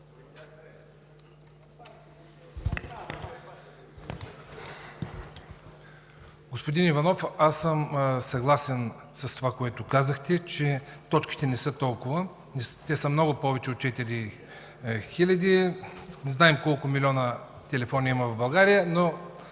Господин Иванов, съгласен съм с това, което казахте, че точките не са толкова – те са много повече от 4 хиляди. Не знаем колко милиона телефони има в България, но